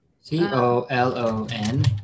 C-O-L-O-N